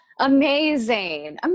Amazing